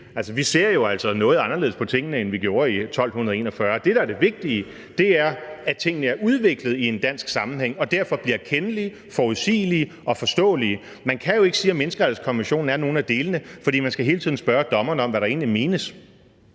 Vi ser jo altså noget anderledes på tingene, end vi gjorde i 1241. Det, der er det vigtige, er, at tingene er udviklet i en dansk sammenhæng og derfor bliver kendelige, forudsigelige og forståelige. Man kan jo ikke sige, at menneskerettighedskonventionen er nogen af delene, for man skal hele tiden spørge dommerne om, hvad der egentlig menes.